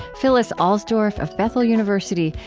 phyllis alsdurf of bethel university,